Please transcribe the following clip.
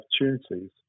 opportunities